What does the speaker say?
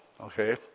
okay